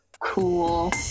Cool